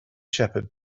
shepherd